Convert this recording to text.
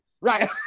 Right